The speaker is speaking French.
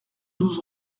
douze